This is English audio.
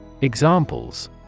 Examples